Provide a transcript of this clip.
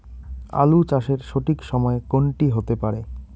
আলু চাষের সঠিক সময় কোন টি হতে পারে?